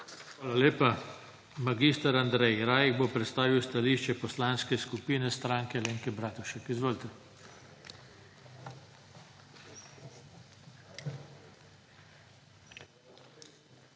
Hvala lepa. Mag. Andrej Rajh bo predstavil stališče Poslanske skupine Stranke Alenke Bratušek. Izvolite. **MAG.